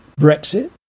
Brexit